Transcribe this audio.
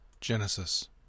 Genesis